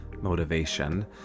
motivation